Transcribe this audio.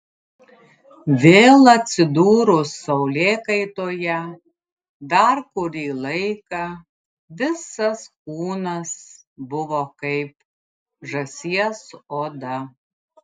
vėl atsidūrus saulėkaitoje dar kurį laiką visas kūnas buvo kaip žąsies oda